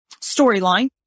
storyline